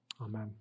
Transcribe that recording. Amen